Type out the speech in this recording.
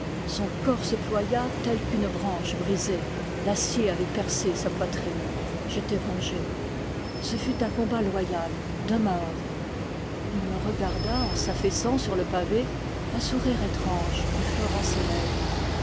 son corps se ploya tel qu'une branche brisée l'acier avait percé sa poitrine j'étais vengé ce fut un combat loyal d'homme à homme il me regarda en s'aifaissant sur le pavé un sourire étrange effleura ses lèvres